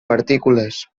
partícules